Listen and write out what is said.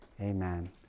Amen